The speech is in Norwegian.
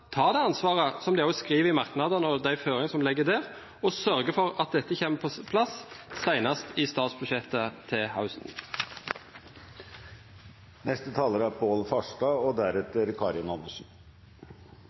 det ansvaret som de også skriver i merknadene, og de føringene som ligger der, og sørger for at dette kommer på plass senest i statsbudsjettet til høsten. Produksjon av korn er en av bærebjelkene i norsk landbruk og